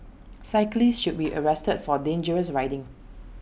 cyclist should be arrested for dangerous riding